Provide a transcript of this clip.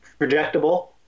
Projectable